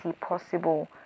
possible